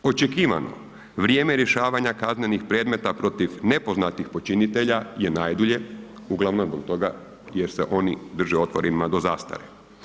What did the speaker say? Očekivano vrijeme rješavanja kaznenih predmeta protiv nepoznatih počinitelja je najdulje uglavnom zbog toga jer se oni drže otvorenima do zastare.